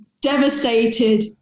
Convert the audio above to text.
devastated